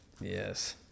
Yes